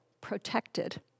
protected